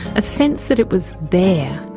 a sense that it was there.